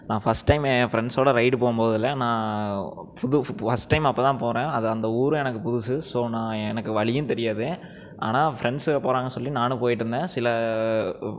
நான் first time என் ஃப்ரெண்ட்ஸோடு ரைடு போகும் போதில் நான் புது ஃபு ஃபர்ஸ்ட் டைம் அப்போ தான் போகிறேன் அது அந்த ஊரும் எனக்கு புதுசு ஸோ நான் எனக்கு வழியும் தெரியாது ஆனால் ஃப்ரெண்ட்ஸு போகிறாங்கன்னு சொல்லி நானும் போயிட்டிருந்தேன் சில